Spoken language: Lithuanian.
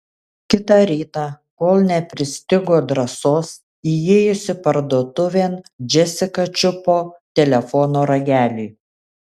kitą rytą kol nepristigo drąsos įėjusi parduotuvėn džesika čiupo telefono ragelį